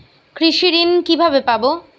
কৃষি ঋন কিভাবে পাব?